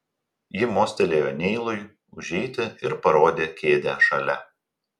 ji mostelėjo neilui užeiti ir parodė kėdę šalia